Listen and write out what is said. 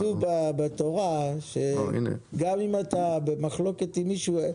כתוב בתורה שגם אם אתה במחלוקת עם מישהו,